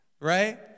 right